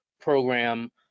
program